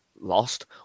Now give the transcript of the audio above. lost